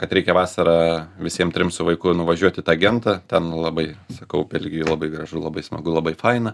kad reikia vasarą visiem trim su vaiku nuvažiuot į tą gentą ten labai sakau belgijoj labai gražu labai smagu labai faina